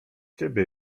ciebie